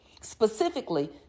specifically